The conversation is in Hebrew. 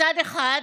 מצד אחד,